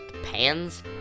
Pans